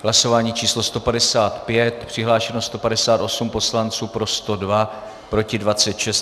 Hlasování číslo 155, přihlášeno 158 poslanců, pro 102, proti 26.